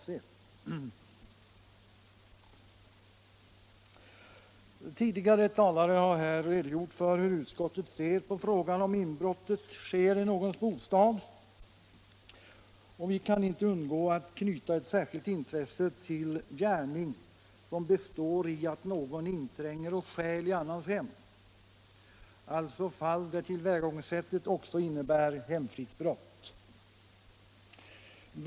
Tidigare talare har redogjort för hur utskottet ser på frågan om inbrott i någons bostad. Vi kan inte undgå att knyta ett särskilt intresse till en gärning som består i att någon intränger och stjäl i annans hem, alltså fall där tillvägagångssättet också innebär hemfridsbrott.